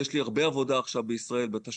יש לי עכשיו הרבה עבודה בישראל - בתשתיות,